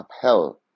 upheld